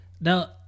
Now